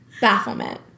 bafflement